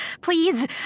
please